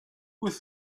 with